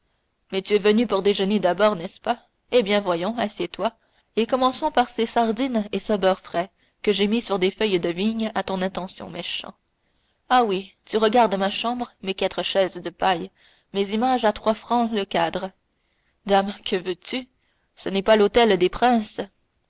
mais tu es venu pour déjeuner d'abord n'est-ce pas eh bien voyons assieds-toi et commençons par ces sardines et ce beurre frais que j'ai mis sur des feuilles de vigne à ton intention méchant ah oui tu regardes ma chambre mes quatre chaises de paille mes images à trois francs le cadre dame que veux-tu ça n'est pas l'hôtel des princes